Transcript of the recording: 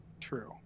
True